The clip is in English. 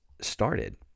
started